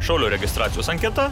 šaulio registracijos anketa